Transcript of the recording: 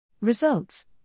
Results